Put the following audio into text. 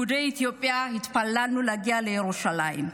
יהודי אתיופיה, להגיע לירושלים.